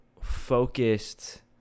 focused